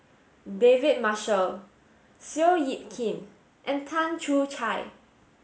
David Marshall Seow Yit Kin and Tan Choo